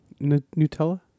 Nutella